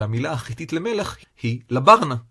המילה החיטית למלך היא לברנה.